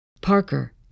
Parker